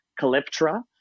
Calyptra